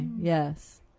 yes